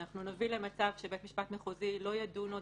אנחנו נביא למצב שבית משפט מחוזי לא ידון עוד